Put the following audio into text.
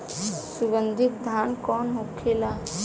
सुगन्धित धान कौन होखेला?